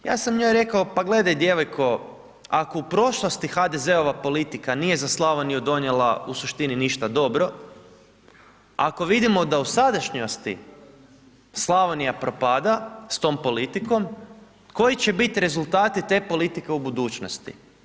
Ja sam njoj rekao, pa gledaj djevojko ako u prošlosti HDZ-ova politika nije za Slavoniju donijela u suštini ništa dobro, ako vidimo da u sadašnjosti Slavonija propada s tom politikom, koji će bit rezultati te politike u budućnosti?